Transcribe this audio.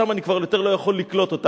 שם אני כבר יותר לא יכול לקלוט אותם.